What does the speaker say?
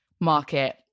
market